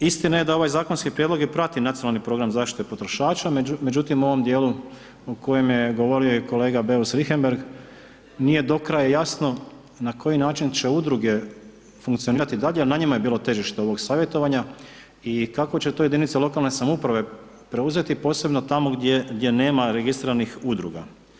Istina je da ovaj zakonski prijedlog prati nacionalni program zaštite potrošača, međutim u ovom djelu o kojem je govorio i kolega Beus Richembergh, nije do kraja jasno na koji način će udruge funkcionirati, ... na njima je bilo težište ovoga savjetovanja i kako će to jedinice lokalne samouprave preuzeti posebno tamo gdje nema registriranih udruga.